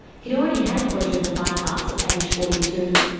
he'd already had a quadruple bypass at aged forty two.